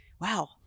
wow